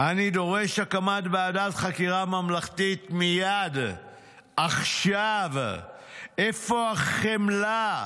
"אני דורש הקמת ועדת חקירה ממלכתית מייד"; "איפה החמלה?